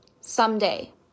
someday